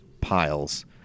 piles